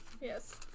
Yes